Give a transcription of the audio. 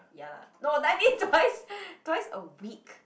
ya lah no I mean twice twice a week